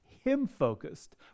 Him-focused